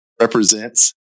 represents